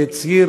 והצהיר